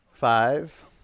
Five